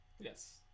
yes